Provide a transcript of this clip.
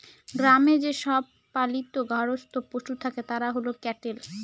গ্রামে যে সব পালিত গার্হস্থ্য পশু থাকে তারা হল ক্যাটেল